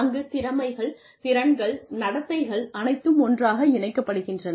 அங்குத் திறமைகள் திறன்கள் நடத்தைகள் அனைத்தும் ஒன்றாக இணைக்கப்படுகின்றன